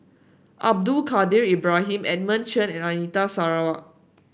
Abdul Kadir Ibrahim Edmund Chen and Anita Sarawak